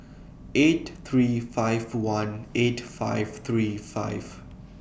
eight three five one eight five three five